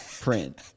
print